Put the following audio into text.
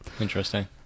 interesting